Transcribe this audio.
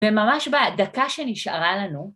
וממש בדקה שנשארה לנו.